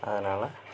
அதனால